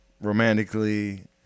romantically